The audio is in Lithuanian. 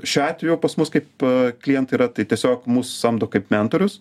šiuo atveju pas mus kaip klientai yra tai tiesiog mus samdo kaip mentorius